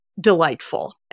delightful